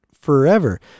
forever